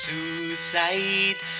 Suicide